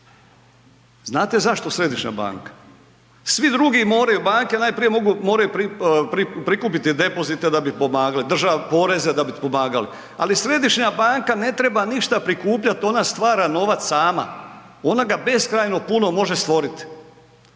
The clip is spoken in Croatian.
Znate zašto središnja banka? Svi drugi moraju banke, a najprije prikupiti depozite da bi pomagali, poreze da bi pomagali, ali središnja banka ne treba ništa prikupljati ona stvara novac sama, ona ga beskrajno puno može stvoriti.